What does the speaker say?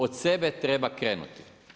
Od sebe treba krenuti.